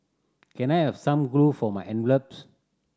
can I have some glue for my envelopes